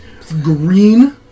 green